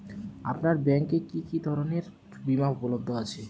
আপনার ব্যাঙ্ক এ কি কি ধরনের বিমা উপলব্ধ আছে?